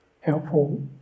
helpful